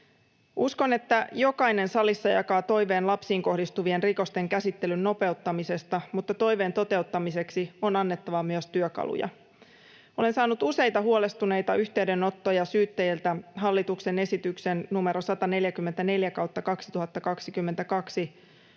Uskon, että jokainen salissa jakaa toiveen lapsiin kohdistuvien rikosten käsittelyn nopeuttamisesta, mutta toiveen toteuttamiseksi on myös annettava työkaluja. Olen saanut useita huolestuneita yhteydenottoja syyttäjiltä hallituksen esityksen numero 144/2022